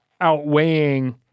outweighing